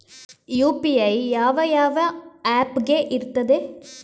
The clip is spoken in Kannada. ಯು.ಪಿ.ಐ ಯಾವ ಯಾವ ಆಪ್ ಗೆ ಇರ್ತದೆ?